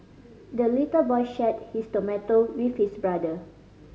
the little boy shared his tomato with his brother